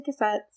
cassettes